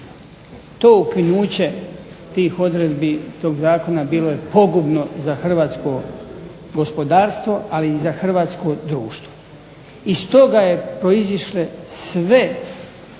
to ukinuće tih odredbi tog zakona bilo je pogubno za hrvatsko gospodarstvo, ali i za hrvatsko društvo. Iz toga su proizašle sve